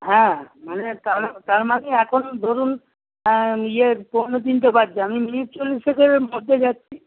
হ্যাঁ মানে তাহলে তার মানে এখনো ধরুন ইয়ে পৌনে তিনটে বাজছে আমি মিনিট চল্লিশেকের মধ্যে যাচ্ছি